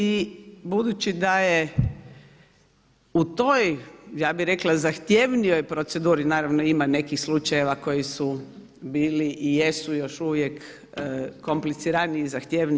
I budući da je u toj ja bih rekla zahtjevnijoj proceduri, naravno ima nekih slučajeva koji su bili i jesu još uvijek kompliciraniji i zahtjevniji.